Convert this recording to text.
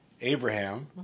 Abraham